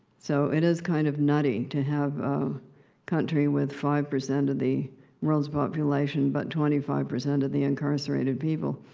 so, it is kind of nutty, to have a country with five percent of the world's population, but twenty five percent of the incarcerated people.